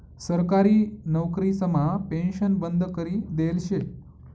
सरकारी नवकरीसमा पेन्शन बंद करी देयेल शे